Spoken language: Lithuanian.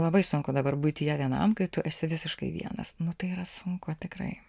labai sunku dabar buityje vienam kai tu esi visiškai vienas nu tai yra sunku tikrai